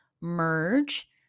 Merge